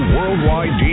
Worldwide